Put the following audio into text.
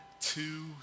two